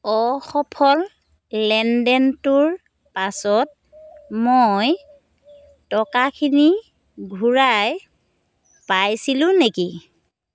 অসফল লেনদেনটোৰ পাছত মই টকাখিনি ঘূৰাই পাইছিলো নেকি